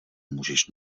můžeš